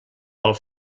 pel